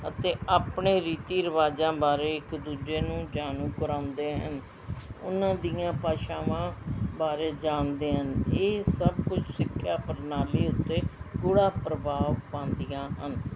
ਅਤੇ ਆਪਣੇ ਰੀਤੀ ਰਿਵਾਜਾਂ ਬਾਰੇ ਇੱਕ ਦੂਜੇ ਨੂੰ ਜਾਣੂ ਕਰਾਉਂਦੇ ਹਨ ਉਹਨਾਂ ਦੀਆਂ ਭਾਸ਼ਾਵਾਂ ਬਾਰੇ ਜਾਣਦੇ ਹਨ ਇਹ ਸਭ ਕੁਝ ਸਿੱਖਿਆ ਪ੍ਰਣਾਲੀ ਉੱਤੇ ਗੂੜ੍ਹਾ ਪ੍ਰਭਾਵ ਪਾਉਂਦੀਆਂ ਹਨ